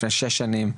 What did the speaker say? לפני שש שנים,